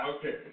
Okay